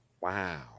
Wow